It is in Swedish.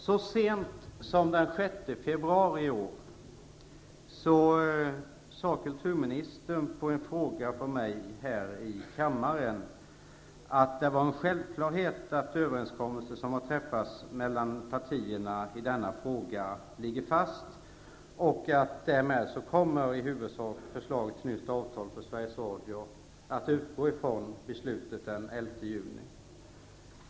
Så sent som den 6 februari i år svarade kulturministern på en fråga från mig här i kammaren att det är en självklarhet att överenskommelser som har träffats mellan partierna i denna fråga ligger fast och att därmed förslaget till nytt avtal för Sveriges Radio i huvudsak skulle utgå från beslutet den 11 juni.